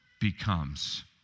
becomes